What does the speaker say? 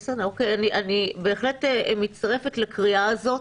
אני בהחלט מצטרפת לקריאה הזאת.